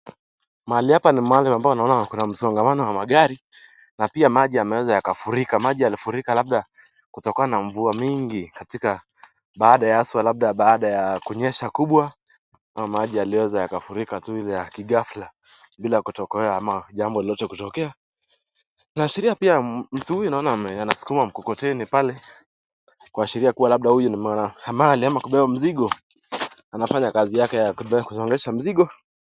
Mahali hapa ni mahali ambapo naona kuna msongamano wa magari na pia maji wameweza yakafurika. Maji yalifurika labda kutokana na mvua mingi katika baada ya haswa labda baada ya kunyesha kubwa au maji yaliweza yakafurika tu hivyo kighafla bila kutokea au jambo lolote kutokea. Inaashiria pia mtu huyu anasukuma mkokoteni pale kuashiria kuwa labda huyu ni mwanahamali au kubeba mzigo anafanya kazi yake ya kusongesha mzigo.